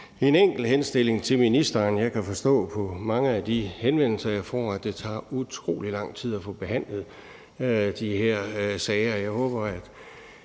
en enkelt henstilling til ministeren, for jeg kan forstå på mange af de henvendelser, jeg får, at det tager utrolig lang tid at få behandlet de her sager,